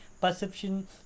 perception